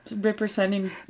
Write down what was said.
representing